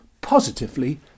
positively